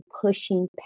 pushing